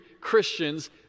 Christians